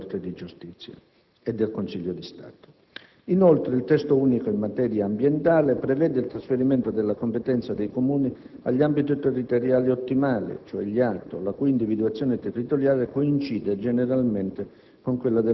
della Corte di Giustizia e del Consiglio di Stato. Inoltre, il Testo unico in materia ambientale prevede il trasferimento della competenza dei Comuni agli Ambiti territoriali ottimali (ATO), la cui individuazione territoriale coincide generalmente